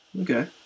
Okay